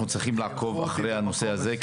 אנחנו צריכים לעקוב אחרי הנושא הזה.